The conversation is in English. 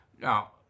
now